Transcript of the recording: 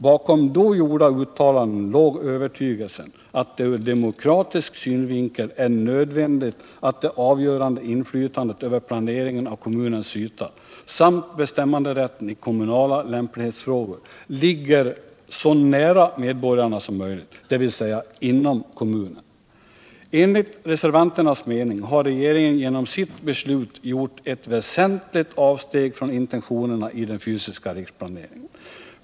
Bakom då gjorda uttalanden låg övertygelsen att det ur demokratisk synvinkel är nödvändigt att det avgörande inflytandet över planeringen av kommunens yta samt att bestämmanderätten i kommunala lämplighetsfrågor ligger så nära medborgarna som möjligt, dvs. inom kommunen. Enligt reservanternas mening har regeringen genom sitt beslut gjort ett väsentligt avsteg från intentionerna i den fysiska riksplaneringen.